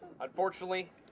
Unfortunately